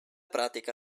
pratica